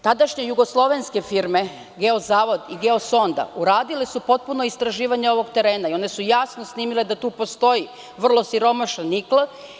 Tadašnje jugoslovenske firme „Geo zavod“ i „Geo sonda“ su uradile potpuno istraživanje ovog terena i one su jasno snimile da tu postoji vrlo siromašan nikl.